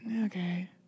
Okay